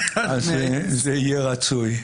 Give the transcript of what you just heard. זה יהיה רצוי.